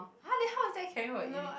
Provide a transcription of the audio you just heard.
!huh! then how is that caring for image